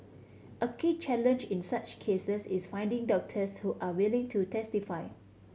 a key challenge in such cases is finding doctors who are willing to testify